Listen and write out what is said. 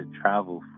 travel